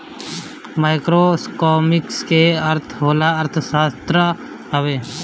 macroeconomics के अर्थ बड़ अर्थव्यवस्था हवे